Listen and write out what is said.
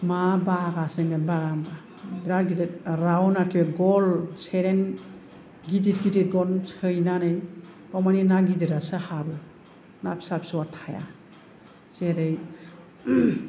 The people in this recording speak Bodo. मा बागा सो होनगोन बागा होनबा बिरात गिदिर राउन्ड आरोखि गल सेरेन गिदिर गिदिर गन सैनानै बाव मानि ना गिदिर आसो हाबो ना फिसा फिसौ आ थाया जेरै